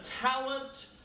talent